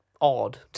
odd